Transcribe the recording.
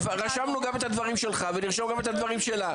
רשמנו את הדברים שלך, ונרשום גם את הדברים שלה.